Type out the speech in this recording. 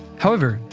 however,